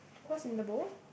what's in the bowl